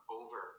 over